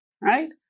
right